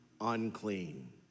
unclean